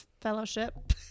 fellowship